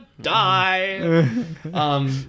die